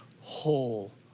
whole